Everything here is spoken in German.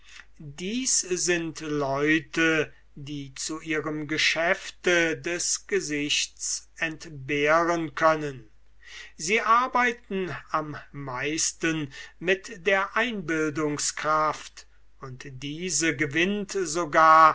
dies sind leute die zu ihrem geschäfte des gesichts entbehren können sie arbeiten am meisten mit der einbildungskraft und diese gewinnt sogar